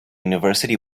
university